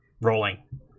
rolling